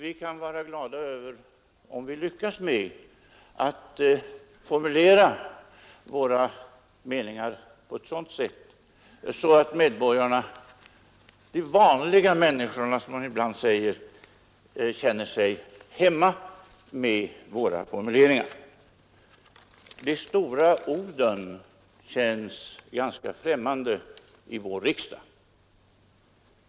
Vi kan vara glada om vi lyckas formulera våra meningar på ett sådant sätt att medborgarna — de vanliga människorna, som man ibland säger — känner sig hemmastadda med våra formuleringar. De stora orden känns ganska främmande i vår riksdag.